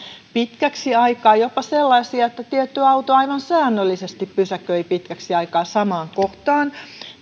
pitkäksi aikaa jopa sellaisia että tietty auto aivan säännöllisesti pysäköi pitkäksi aikaa samaan kohtaan